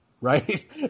right